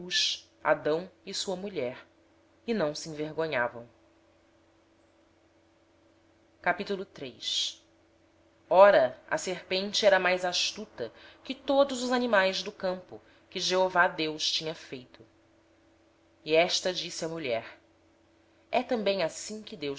o homem e sua mulher e não se envergonhavam ora a serpente era o mais astuto de todos os animais do campo que o senhor deus tinha feito e esta disse à mulher é assim que